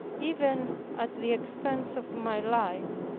even at the expense of my life,